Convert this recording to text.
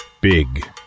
Big